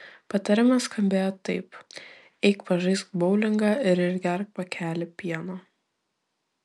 patarimas skambėjo taip eik pažaisk boulingą ir išgerk pakelį pieno